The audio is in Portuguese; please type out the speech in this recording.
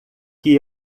que